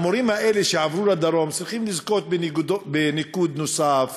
המורים האלה שעברו לדרום צריכים לזכות בניקוד נוסף,